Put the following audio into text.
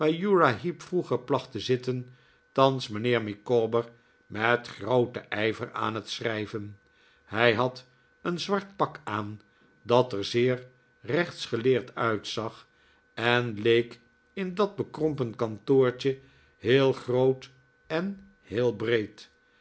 vroeger placht te zitten thans mijnheer micawber met grooten ijver aan het schrijven hij had een zwart pak aan dat er zeer rechtsgeleerd uitzag en leek in dat bekrompen kantoortje heel groot en heel breed